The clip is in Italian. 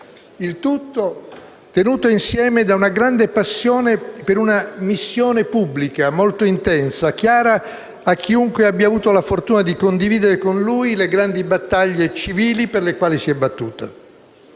Il tutto tenuto insieme da una grande passione per una missione pubblica molto intensa, chiara a chiunque abbia avuto la fortuna di condividere con lui le grandi battaglie civili per le quali si è battuto.